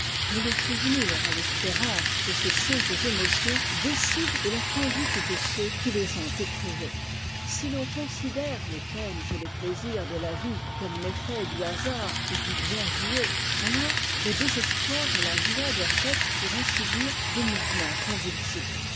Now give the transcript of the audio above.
mais le souvenir et l'espérance de ces saintes émotions décident de la conduite de ceux qui les ont éprouvées si on considère les peines et les plaisirs de la vie comme l'effet du hasard ou du bien joué alors le désespoir et la joie doivent être pour ainsi dire des mouvements convulsifs